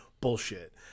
Bullshit